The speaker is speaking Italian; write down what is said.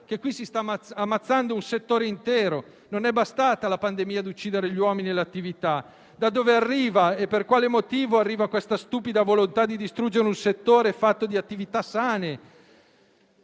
che qui si sta ammazzando un settore intero. Non è bastata la pandemia ad uccidere gli uomini e le attività. Da dove e per quale motivo arriva questa stupida volontà di distruggere un settore fatto di attività sane?